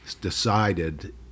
decided